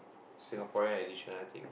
Singaporean additional thing